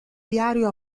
diario